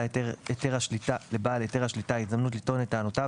היתר השליטה הזדמנות לטעון את טענותיו,